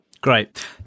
Great